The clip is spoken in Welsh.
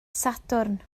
sadwrn